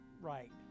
right